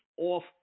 off